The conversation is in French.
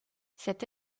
cette